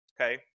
okay